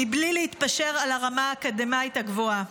בלי להתפשר על הרמה האקדמית הגבוהה.